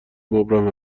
مبرم